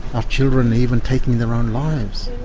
our children even taking their own lives.